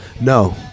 No